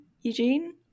Eugene